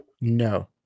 no